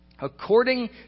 According